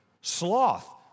Sloth